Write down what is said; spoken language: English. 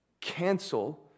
cancel